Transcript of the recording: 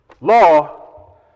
law